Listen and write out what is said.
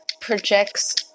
projects